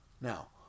Now